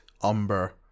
umber